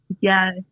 Yes